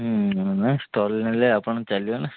ହୁଁ ହୁଁ ନା ଷ୍ଟଲ୍ ନେଲେ ଆପଣ ଚାଲିବନା